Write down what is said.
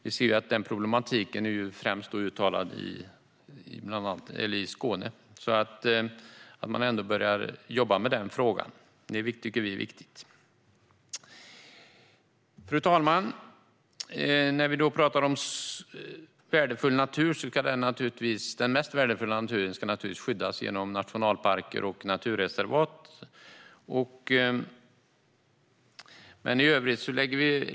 Denna problematik är störst i Skåne. Det är viktigt att börja jobba med denna fråga. Fru talman! Vår mest värdefulla natur ska givetvis skyddas i nationalparker och naturreservat.